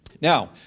Now